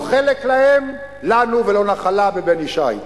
לא חלק לנו ולא נחלה בבן ישי.